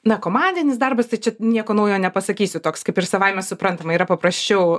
na komandinis darbas tai čia nieko naujo nepasakysiu toks kaip ir savaime suprantama yra paprasčiau